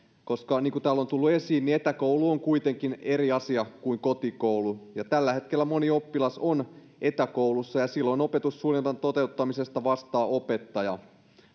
koska niin kuin täällä on tullut esiin etäkoulu on kuitenkin eri asia kuin kotikoulu tällä hetkellä moni oppilas on etäkoulussa ja silloin opetussuunnitelman toteuttamisesta vastaa opettaja